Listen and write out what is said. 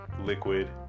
liquid